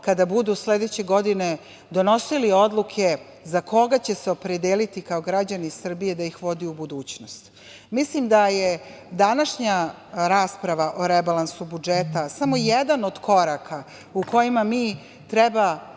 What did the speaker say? kada budu sledeće godine donosili odluke za koga će se opredeliti kao građani Srbije da ih vodi u budućnost. Mislim da je današnja rasprava o rebalansu budžeta samo jedan koraka u kojima mi treba